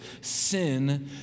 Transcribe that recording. sin